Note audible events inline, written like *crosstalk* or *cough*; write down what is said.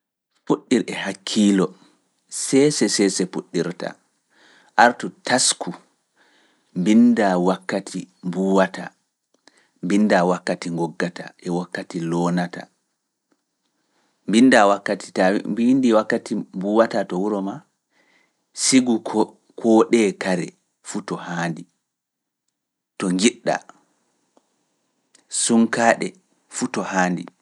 Fuɗɗir e hakkiilo, seese seese puɗɗirta, artu tasku, mbinndaa wakkati mbuuwata, mbinndaa wakkati ngoggata. *hesitation* Wakkati loonata, mbinndaa wakkati tawi mbinndii wakkati mbuuwata to wuro maa, sigu koo ɗee kare fuu to haandi, to njiɗɗa, sunkaaɗe fuu to haandi.